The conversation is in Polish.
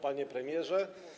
Panie Premierze!